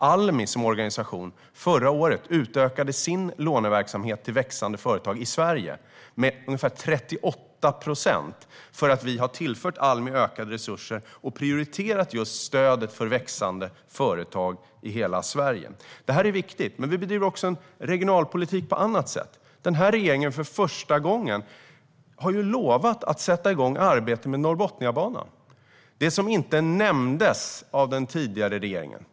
Almi som organisation utökade förra året sin låneverksamhet till växande företag i Sverige med ungefär 38 procent, för att vi har tillfört Almi ökade resurser och prioriterat just stödet för växande företag i hela Sverige. Det här är viktigt. Vi bedriver också regionalpolitik på ett annat sätt. Den här regeringen är den första som har lovat att sätta igång arbetet med Norrbotniabanan. Det nämndes inte av den tidigare regeringen.